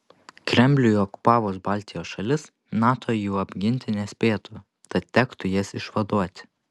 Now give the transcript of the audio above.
kremliui okupavus baltijos šalis nato jų apginti nespėtų tad tektų jas išvaduoti